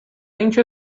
اینکه